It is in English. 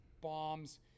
bombs